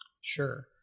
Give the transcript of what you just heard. Sure